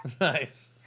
Nice